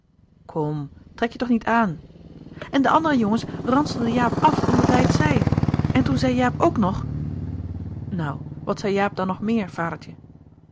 kom trek je toch niet aan en de andere jongens ranselden jaap af omdat hij het zei en toen zei jaap ook nog nou wat zei jaap dan nog meer vadertje